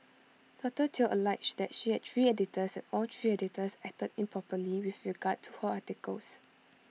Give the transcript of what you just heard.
doctor Teo alleged that she had three editors and all three editors acted improperly with regard to her articles